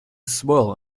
swirl